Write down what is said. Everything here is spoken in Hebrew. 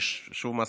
אני שוב מזכיר,